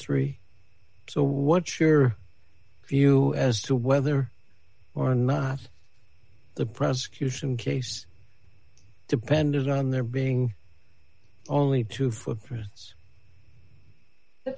three so what's your view as to whether or not the pres q from case depended on there being only two footprints the